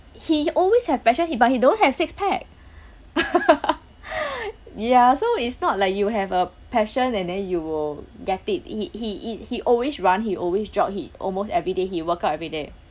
he always have passion he but he don't have six pack ya so it's not like you have a passion and then you will get it he he he he always run he always jog he almost everyday he work out everyday